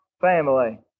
family